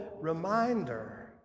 reminder